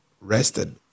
rested